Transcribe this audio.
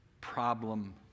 Problem